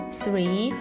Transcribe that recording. three